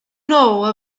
know